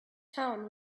town